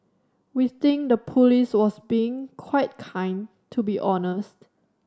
we think the police was being quite kind to be honest